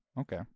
okay